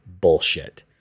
bullshit